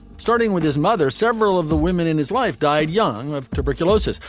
starting with his mother several of the women in his life died young of tuberculosis.